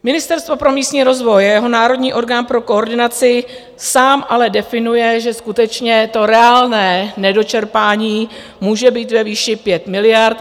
Ministerstvo pro místní rozvoj a jeho národní orgán pro koordinaci samy ale definují, že skutečně to reálné nedočerpání může být ve výši 5 miliard.